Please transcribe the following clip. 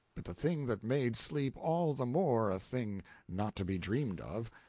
but the thing that made sleep all the more a thing not to be dreamed of,